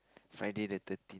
Friday the third